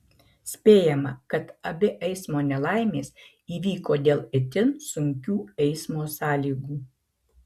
spėjama kad abi eismo nelaimės įvyko dėl itin sunkių eismo sąlygų